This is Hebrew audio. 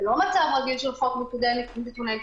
זה לא מצב רגיל של חוק נתוני תקשורת,